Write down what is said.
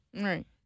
Right